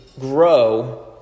grow